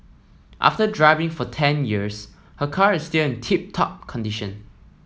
after driving for ten years her car is still in tip top condition